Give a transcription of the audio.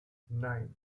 nein